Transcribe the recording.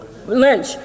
Lynch